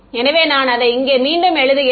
எனவே நான் அதை இங்கே மீண்டும் எழுதுகிறேன்